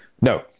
No